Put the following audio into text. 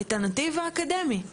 מגיעה להם אלטרנטיבה אקדמית,